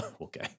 okay